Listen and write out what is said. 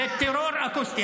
-- זה טרור אקוסטי.